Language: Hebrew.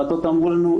בטוטו אמרנו לנו,